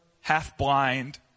half-blind